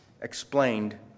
explained